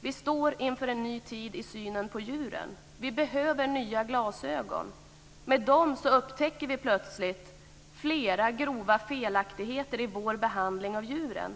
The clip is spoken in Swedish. Vi står inför en ny tid i synen på djur. Vi behöver nya glasögon. Med dem upptäcker vi plötsligt flera grova felaktigheter i vår behandling av djuren.